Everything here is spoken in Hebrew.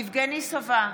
יבגני סובה,